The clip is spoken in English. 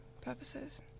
purposes